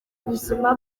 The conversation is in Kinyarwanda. ubuzima